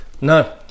No